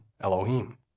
Elohim